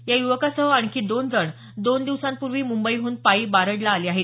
या युवकासह आणखी दोन जण दोन दिवसांपूर्वी मुंबईहून पायी बारडला आले आहेत